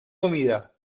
comida